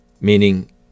Meaning